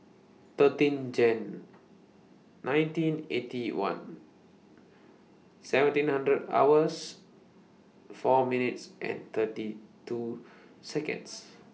thirteen Jan nineteen Eighty One seventeen hundred hours four minutes and thirty two Seconds